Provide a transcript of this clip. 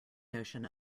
notion